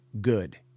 good